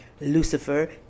Lucifer